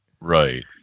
Right